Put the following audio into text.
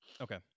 okay